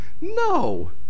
no